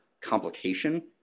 complication